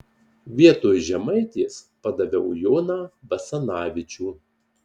vietoj žemaitės padaviau joną basanavičių